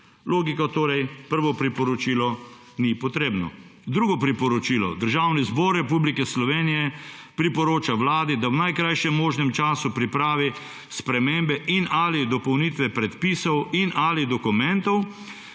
Logika torej, prvo priporočilo ni potrebno. Drugo priporočilo, Državni zbor Republike Slovenije priporoča Vladi, da v najkrajšem možnem času pripravi spremembe in/ali dopolnitve predpisov in/ali dokumentov,